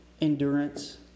endurance